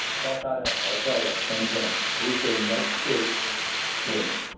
it's all tied up. all tied up ten ten. we say next fish wins.